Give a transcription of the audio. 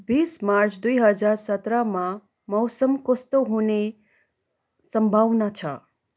बिस मार्च दुई हजार सत्रमा मौसम कस्तो हुने सम्भावना छ